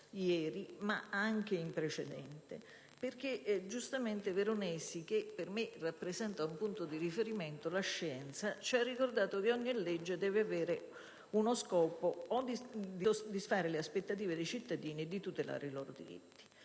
ieri ma anche in precedenza, perché giustamente egli, che per me rappresenta un punto di riferimento - la scienza - ci ha ricordato che ogni legge deve avere lo scopo o di soddisfare le aspettative dei cittadini o di tutelare i loro diritti.